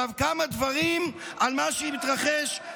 כמה דברים על מה שמתרחש בימים האחרונים.